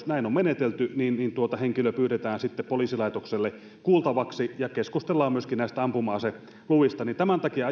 näin on menetelty niin henkilö pyydetään sitten poliisilaitokselle kuultavaksi ja keskustellaan myöskin näistä ampuma aseluvista tämän takia